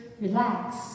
Relax